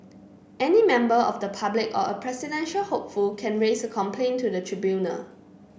any member of the public or a presidential hopeful can raise a complaint to the tribunal